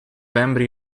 embry